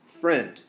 friend